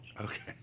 Okay